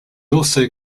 also